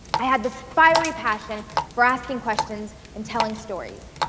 i had this fiery passion for asking questions and telling stories.